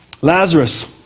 Lazarus